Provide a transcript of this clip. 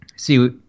see